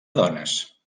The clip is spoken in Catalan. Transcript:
dones